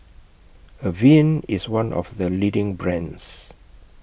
Avene IS one of The leading brands